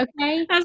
Okay